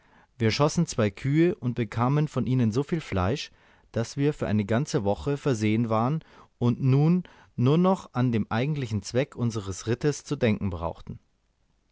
wir schossen zwei kühe und bekamen von ihnen so viel fleisch daß wir für eine ganze woche versehen waren und nun nur noch an den eigentlichen zweck unsers rittes zu denken brauchten